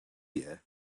year